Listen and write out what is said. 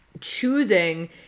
choosing